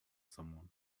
someone